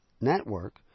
Network